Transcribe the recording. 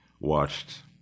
watched